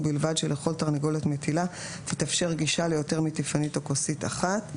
ובלבד שלכל תרנגולת מטילה תתאפשר גישה ליותר מטיפנית או כוסית אחת.